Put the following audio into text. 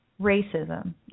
racism